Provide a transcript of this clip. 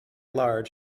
large